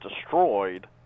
destroyed